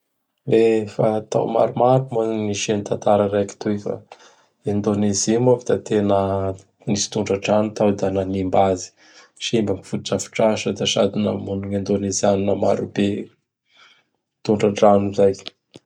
Fa tao maromaro moa gn nisian tatara raiky toy fa i Indonezie moa k da tena nisy tondra-drano tao da nanimba azy. Simba gny foto-drafitr'asa da sady namono gn'Indonezianina maro be tondra-drano zay.